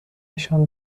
نشان